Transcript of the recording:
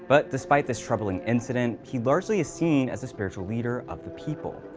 but despite this troubling incident, he largely is seen as a spiritual leader of the people.